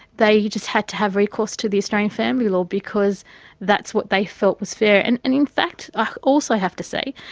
they just had to have recourse to the australian family law, because that's what they felt was fair. and and in fact i also have to say,